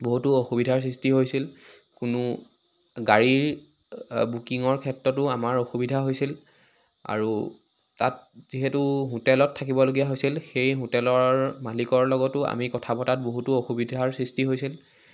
বহুতো অসুবিধাৰ সৃষ্টি হৈছিল কোনো গাড়ীৰ বুকিঙৰ ক্ষেত্ৰতো আমাৰ অসুবিধা হৈছিল আৰু তাত যিহেতু হোটেলত থাকিবলগীয়া হৈছিল সেই হোটেলৰ মালিকৰ লগতো আমি কথা পতাত বহুতো অসুবিধাৰ সৃষ্টি হৈছিল